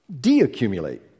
De-accumulate